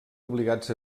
obligats